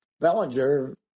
Bellinger